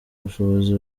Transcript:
bushobozi